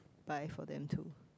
buy for them too